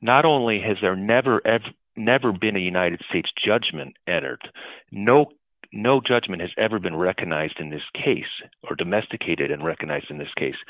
not only has there never ever never been a united states judgment entered no no judgment has ever been recognized in this case or domesticated and recognized in this case